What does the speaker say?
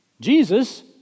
Jesus